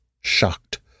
shocked